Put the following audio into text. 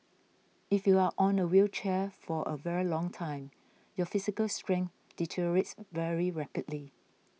if you are on a wheelchair for a very long time your physical strength deteriorates very rapidly